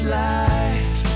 life